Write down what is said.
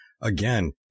again